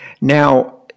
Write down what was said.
Now